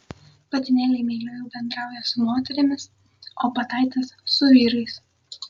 patinėliai meiliau bendrauja su moterimis o pataitės su vyrais